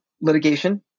litigation